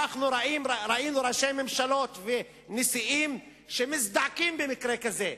ראינו ראשי ממשלות ונשיאים שמזדעקים במקרה כזה.